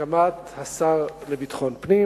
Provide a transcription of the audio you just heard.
בהסכמת השר לביטחון פנים